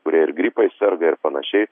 kurie ir gripais serga ir panašiai